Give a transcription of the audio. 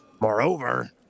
moreover